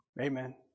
Amen